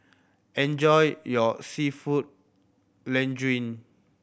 enjoy your Seafood Linguine